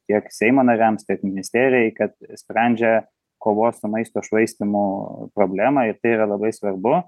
tiek seimo nariams tiek ministerijai kad sprendžia kovos su maisto švaistymu problemą ir tai yra labai svarbu